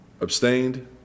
Abstained